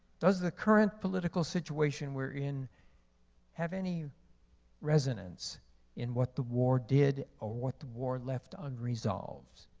does the current political situation we're in have any resonance in what the war did or what the war left unresolved?